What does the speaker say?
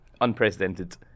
unprecedented